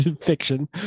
fiction